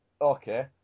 okay